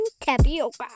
tapioca